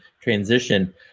transition